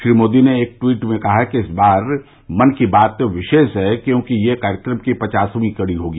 श्री मोदी ने एक ट्वीट में कहा कि इस बार की मन की बात विशेष है क्योंकि यह कार्यक्रम की पचासवीं कड़ी होगी